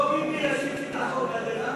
שיבוא ביבי וישיב לחוק הזה.